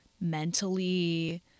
mentally